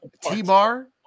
T-Bar